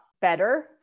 better